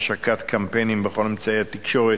השקת קמפיינים בכל אמצעי התקשורת,